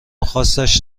خاصش